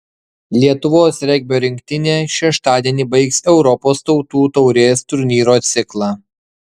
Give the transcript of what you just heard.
lietuvos regbio rinktinė šeštadienį baigs europos tautų taurės turnyro ciklą